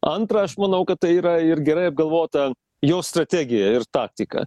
antra aš manau kad tai yra ir gerai apgalvota jo strategija ir taktika